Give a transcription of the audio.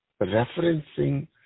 referencing